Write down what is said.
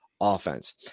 offense